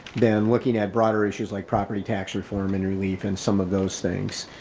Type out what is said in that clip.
then looking at broader issues like property tax reform and relief and some of those things,